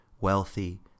wealthy